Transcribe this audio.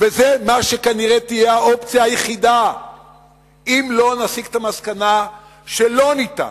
וזה מה שכנראה יהיה האופציה היחידה אם לא נסיק את המסקנה שלא ניתן,